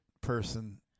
person